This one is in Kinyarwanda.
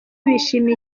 bishimiye